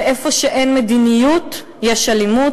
ואיפה שאין מדיניות יש אלימות.